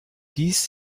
dies